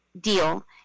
deal